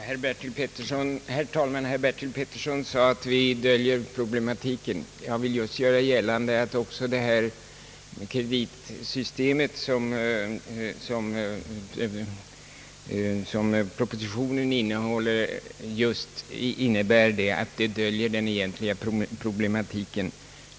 Herr talman! Herr Bertil Petersson sade att vi döljer problematiken. Jag vill göra gällande att också det kreditsystem, som föreslås i propositionen, innebär ett döljande av den egentliga problematiken.